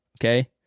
Okay